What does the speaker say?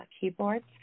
keyboards